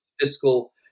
fiscal